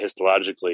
histologically